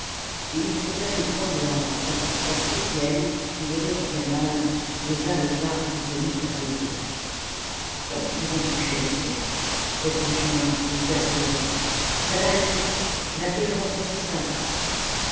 et ils tournaient le coin de la route lorsque étienne qui venait du canal les arrêta et se mit à causer est-ce qu'ils vont coucher ici reprit jeanlin exaspéré v'là la nuit la vieille rentre ses sacs